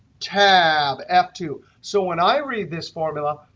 tab f two. so when i read this formula,